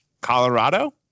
Colorado